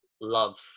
love